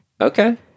Okay